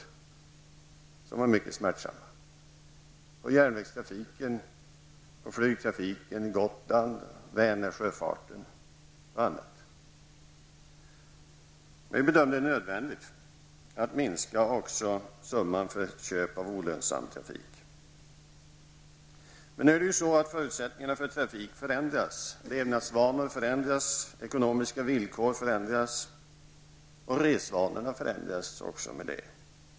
Dessa neddragningar berörde järnvägstrafiken, flygtrafiken, Gotlandstrafiken, Vänersjöfarten och annat. Vi bedömde det som nödvändigt att minska också anslaget för köp av olönsam trafik. Levnadsvanorna blir annorlunda och de ekonomiska villkoren växlar. Därmed förändras också resvanorna.